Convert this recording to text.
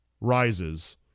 rises